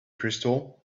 crystal